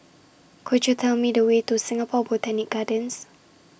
Could YOU Tell Me The Way to Singapore Botanic Gardens